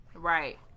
Right